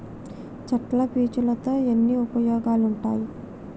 చెట్ల పీచులతో ఎన్నో ఉపయోగాలు ఉంటాయి